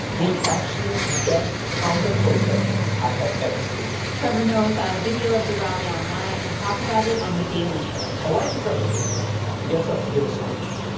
the absolute best counterprotest i have ever seen trevor noah saw a video of the rally online and talked about it on the daily show. a white supremacist gets up to give a speech,